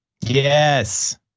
Yes